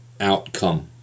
outcome